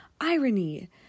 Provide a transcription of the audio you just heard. irony